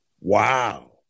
Wow